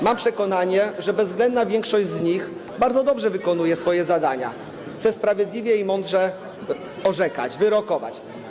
Mam przekonanie, że bezwzględna większość z nich bardzo dobrze wykonuje swoje zadania, chce sprawiedliwie i mądrze orzekać, wyrokować.